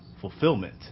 fulfillment